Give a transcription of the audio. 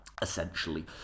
essentially